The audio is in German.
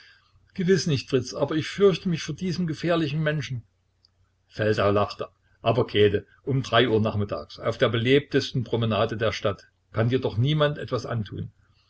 gewiß nicht fritz aber ich fürchte mich vor diesem gefährlichen menschen feldau lachte aber käthe um drei uhr nachmittags auf der belebtesten promenade der stadt kann dir doch niemand etwas antun